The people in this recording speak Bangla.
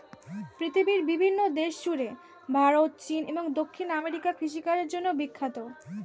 পৃথিবীর বিভিন্ন দেশ জুড়ে ভারত, চীন এবং দক্ষিণ আমেরিকা কৃষিকাজের জন্যে বিখ্যাত